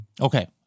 Okay